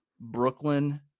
Brooklyn